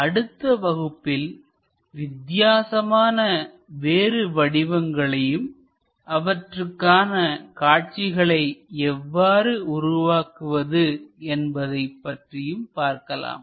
அடுத்த வகுப்பில் வித்தியாசமான வேறு வடிவங்களையும் அவற்றுக்கான காட்சிகளை எவ்வாறு உருவாக்குவது என்பதையும் பார்க்கலாம்